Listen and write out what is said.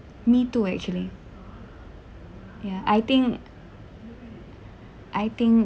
me too actually ya I think I think